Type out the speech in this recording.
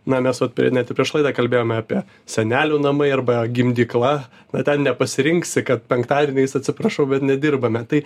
na mes vat pie net ir prieš laidą kalbėjome apie senelių namai arba gimdykla na ten nepasirinksi kad penktadieniais atsiprašau bet nedirbame tai